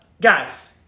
Guys